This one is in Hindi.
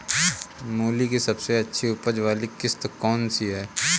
मूली की सबसे अच्छी उपज वाली किश्त कौन सी है?